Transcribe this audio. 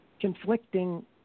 conflicting